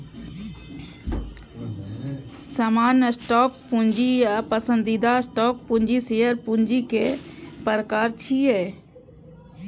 सामान्य स्टॉक पूंजी आ पसंदीदा स्टॉक पूंजी शेयर पूंजी के प्रकार छियै